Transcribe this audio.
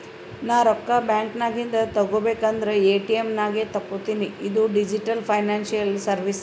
ನಾ ರೊಕ್ಕಾ ಬ್ಯಾಂಕ್ ನಾಗಿಂದ್ ತಗೋಬೇಕ ಅಂದುರ್ ಎ.ಟಿ.ಎಮ್ ನಾಗೆ ತಕ್ಕೋತಿನಿ ಇದು ಡಿಜಿಟಲ್ ಫೈನಾನ್ಸಿಯಲ್ ಸರ್ವೀಸ್